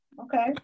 okay